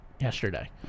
yesterday